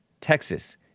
Texas